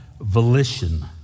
volition